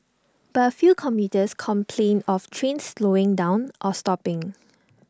but A few commuters complained of trains slowing down or stopping